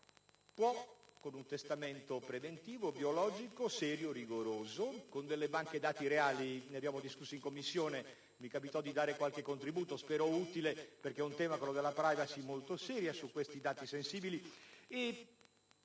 può, con un testamento preventivo biologico serio e rigoroso, con delle banche dati reali (ne abbiamo discusso in Commissione, dove mi capitò di dare qualche contributo spero utile, perché quello della *privacy* su questi dati sensibili